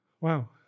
Wow